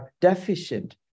deficient